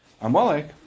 Amalek